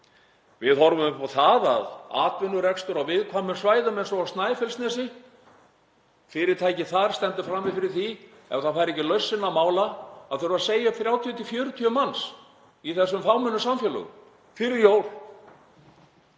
Við horfum upp á það að atvinnurekstur á viðkvæmum svæðum, eins og á Snæfellsnesi — fyrirtæki þar stendur frammi fyrir því ef það fær ekki lausn sinna mála að þurfa að segja upp 30–40 manns í þessum fámennu samfélögum fyrir jól.